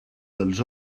dels